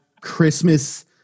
Christmas